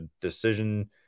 decision